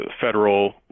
federal